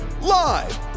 Live